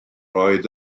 oedd